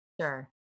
Sure